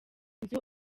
nzu